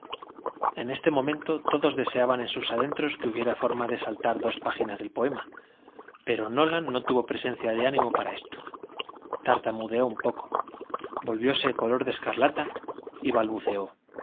en este momento todos deseaban en sus adentros que hubiera forma de saltar dos páginas del poema pero nolan no tuvo presencia de ánimo para esto tartamudeó un poco volvióse color de escarlata y balbuceó